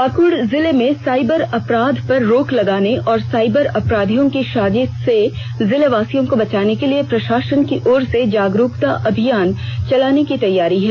पाक्ड़ जिले में साइबर अपराध पर रोक लगाने और साइबर अपराधियो की साजिश से जिलेवासियों को बचाने के लिए प्रषासन की ओर से जागरूकता अभियान चलाने की तैयारी है